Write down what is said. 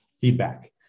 feedback